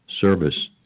service